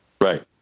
Right